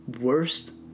worst